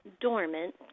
dormant